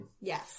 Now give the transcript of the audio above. Yes